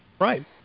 Right